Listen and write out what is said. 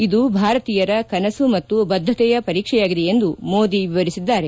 ಇದು ಭಾರತೀಯರ ಕನಸು ಮತ್ತು ಬದ್ದತೆಯ ಪರೀಕ್ಷೆಯಾಗಿದೆ ಎಂದು ಮೋದಿ ವರಿಸಿದ್ದಾರೆ